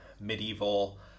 medieval